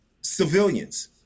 civilians